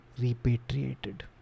repatriated